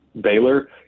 Baylor